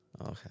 Okay